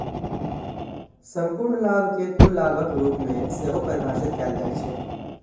संपूर्ण लाभ कें कुल लाभक रूप मे सेहो परिभाषित कैल जाइ छै